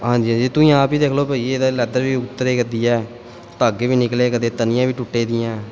ਹਾਂਜੀ ਹਾਂਜੀ ਤੁਸੀਂ ਆਪ ਹੀ ਦੇਖ ਲਓ ਭਾਅ ਜੀ ਇਹਦਾ ਲੈਦਰ ਵੀ ਉੱਤਰਿਆ ਕਰਦੀ ਹੈ ਧਾਗੇ ਵੀ ਨਿਕਲੇ ਕਰਦੇ ਤਣੀਆਂ ਵੀ ਟੁੱਟੇ ਦੀਆਂ